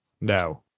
No